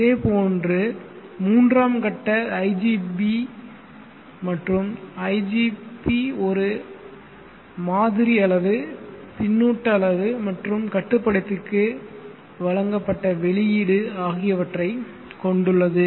இதேபோன்று மூன்றாம் கட்ட igB மற்றும் igB இது ஒரு மாதிரி அளவுபின்னூட்ட அளவு மற்றும் கட்டுப்படுத்திக்கு வழங்கப்பட்ட வெளியீடு ஆகியவற்றைக் கொண்டுள்ளது